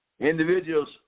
Individuals